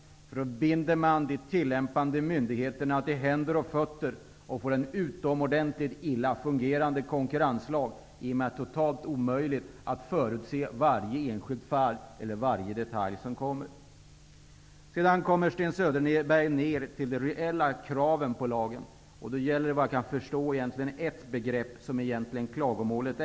Då binder man de tillämpande myndigheterna till händer och fötter och får en utomordentligt illa fungerande konkurrenslag. Det är totalt omöjligt att förutse varje enskilt fall eller varje detalj som kommer. Sedan kommer Sten Söderberg in på de reella kraven på lagen. Då gäller klagomålet egentligen ett begrepp, vad jag kan förstå.